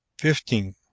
fifteen.